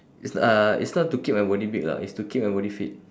it's uh it's not to keep my body big lah it's to keep my body fit